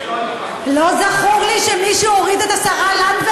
לא זכור לי שמישהו הוריד את השרה לנדבר